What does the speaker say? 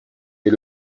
est